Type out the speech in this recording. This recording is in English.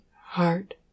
heart